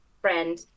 friend